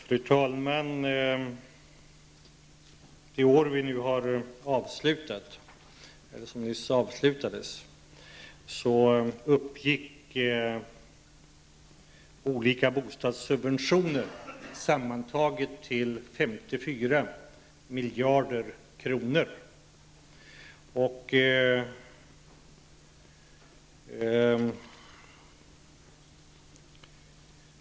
Fru talman! Under det år som nyss avslutades uppgick olika bostadssubventioner sammantaget till 54 miljarder kronor.